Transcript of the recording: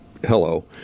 Hello